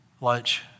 lunch